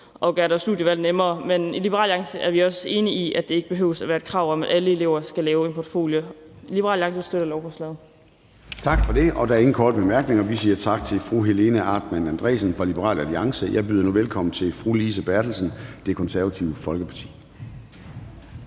og gøre deres studievalg nemmere, men i Liberal Alliance er vi også enige i, at det ikke behøver være et krav, at alle elever skal lave en portfolio. Liberal Alliance støtter lovforslaget. Kl. 13:46 Formanden (Søren Gade): Tak for det. Der er ingen korte bemærkninger. Vi siger tak til fru Helena Artmann Andresen fra Liberal Alliance. Jeg byder nu velkommen til fru Lise Bertelsen, Det Konservative Folkeparti.